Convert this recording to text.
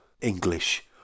English